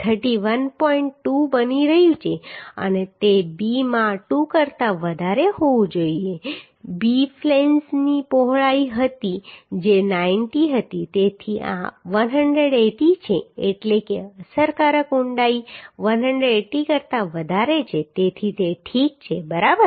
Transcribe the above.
2 બની રહ્યું છે અને તે b માં 2 કરતા વધારે હોવું જોઈએ b ફ્લેંજની પહોળાઈ હતી જે 90 હતી તેથી આ 180 છે એટલે કે અસરકારક ઊંડાઈ 180 કરતા વધારે છે તેથી તે ઠીક છે બરાબર